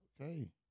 Okay